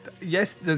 yes